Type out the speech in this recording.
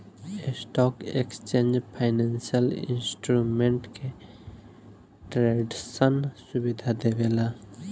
stock exchange financial instrument के ट्रेडरसन सुविधा देवेला